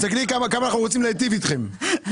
תסתכלי כמה אנחנו רוצים להיטיב איתכם,